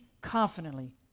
confidently